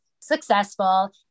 successful